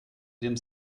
dem